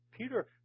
Peter